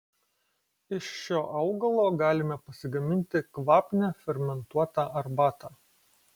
iš šio augalo galime pasigaminti kvapnią fermentuotą arbatą